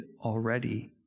already